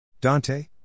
Dante